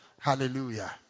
Hallelujah